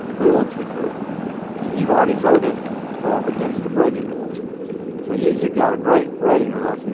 we want you to you've already voted against the brady bill so you you got a great rating with us,